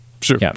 sure